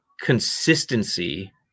consistency